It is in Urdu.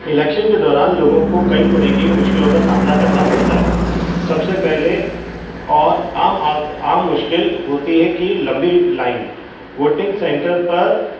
الیکشن کے دوران لوگوں کو کئی طرقے کی مشکلوں کا سامنا کرنا پڑتا ہے سب سے پہلے اور عام عام مشکل ہوتی ہے کہ لمبی لائن ووٹنگ سینٹر پر